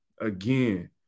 again